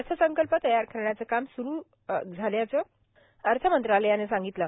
अर्थसंकल्प तयार करण्याचं काम स्रु झालं असल्याचं अर्थ मंत्रालयानं सांगितलं